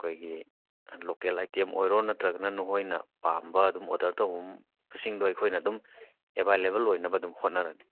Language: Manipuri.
ꯑꯩꯈꯣꯏꯒꯤ ꯂꯣꯀꯦꯜ ꯑꯥꯏꯇꯦꯝ ꯑꯣꯏꯔꯣ ꯅꯠꯇ꯭ꯔꯒꯅ ꯅꯣꯏꯅ ꯄꯥꯝꯕ ꯑꯗꯨꯝ ꯑꯣꯗꯔ ꯇꯧꯕꯁꯤꯡꯗꯣ ꯑꯩꯈꯣꯏꯅ ꯑꯗꯨꯝ ꯑꯦꯕꯥꯏꯂꯦꯕꯜ ꯑꯣꯏꯅꯕ ꯑꯗꯨꯝ ꯍꯣꯠꯅꯔꯅꯤ